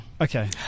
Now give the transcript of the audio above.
Okay